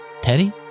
Teddy